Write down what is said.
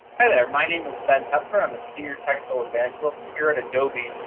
hi, there. my name is ben tepfer, i'm a senior technical evangelist here at adobe.